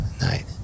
night